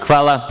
Hvala.